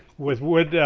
with wood